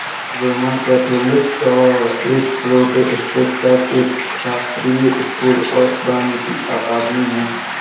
एक Roman Catholic और एक प्रोटेस्टेंट चर्च, एक शास्त्रीय स्कूल और वानिकी अकादमी है